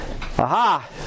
aha